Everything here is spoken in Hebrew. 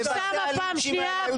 אוסאמה פעם שנייה,